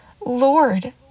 Lord